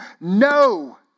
No